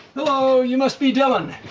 hello! you must be dylan.